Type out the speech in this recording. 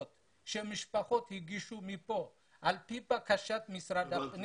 שמשפחות הגישו כאן על פי בקשת משרד הפנים.